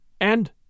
And